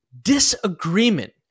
Disagreement